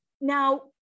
Now